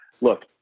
look